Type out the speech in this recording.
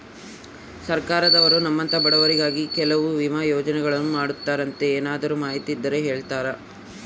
ಸರ್ಕಾರದವರು ನಮ್ಮಂಥ ಬಡವರಿಗಾಗಿ ಕೆಲವು ವಿಮಾ ಯೋಜನೆಗಳನ್ನ ಮಾಡ್ತಾರಂತೆ ಏನಾದರೂ ಮಾಹಿತಿ ಇದ್ದರೆ ಹೇಳ್ತೇರಾ?